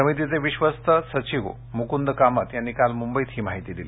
समितीचे विश्वस्त सचिव मुकुंद कामत यांनी काल मुंबईत ही माहिती दिली